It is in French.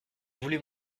voulut